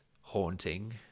haunting